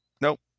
Nope